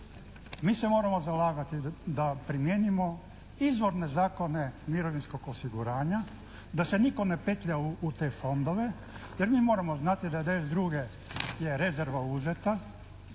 mi se moramo zalagati da primjenjujemo izvorne zakone mirovinskog osiguranja, da se nitko ne petlja u te fondove jer mi moramo znati da je 1992. uzeta